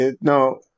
No